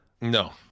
no